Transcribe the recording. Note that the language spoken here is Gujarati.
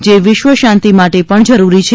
જે વિશ્વશાંતિ માટે પણ જરૂરી છે